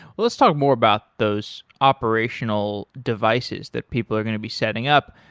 let's talk more about those operational devices that people are going to be setting up.